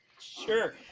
Sure